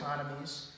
economies